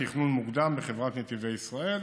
תכנון מוקדם בחברת נתיבי ישראל,